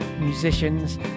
musicians